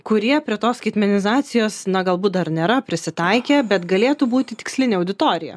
kurie prie tos skaitmenizacijos na galbūt dar nėra prisitaikę bet galėtų būti tikslinė auditorija